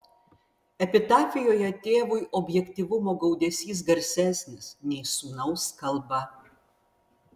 epitafijoje tėvui objektyvumo gaudesys garsesnis nei sūnaus kalba